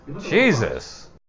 Jesus